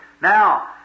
Now